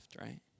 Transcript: right